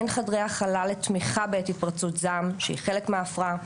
אין חדרי הכלה לתמיכה בעת התפרצות זעם שהיא חלק מההפרעה,